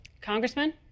Congressman